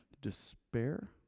Despair